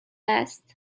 است